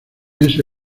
ese